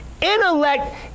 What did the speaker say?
intellect